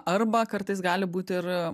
arba kartais gali būt ir